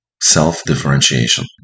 self-differentiation